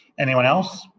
anyone else?